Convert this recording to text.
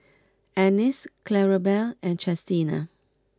Annice Clarabelle and Chestina